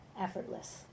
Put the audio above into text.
effortless